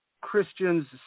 Christian's